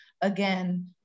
again